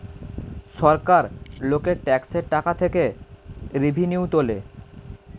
সরকার লোকের ট্যাক্সের টাকা থেকে রেভিনিউ তোলে